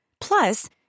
Plus